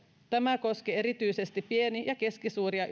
tämä koskee erityisesti pieni ja keskisuuria